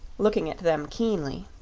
looking at them keenly.